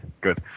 good